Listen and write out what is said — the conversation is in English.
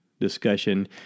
discussion